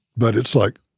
but it's like,